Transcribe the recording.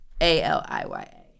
A-L-I-Y-A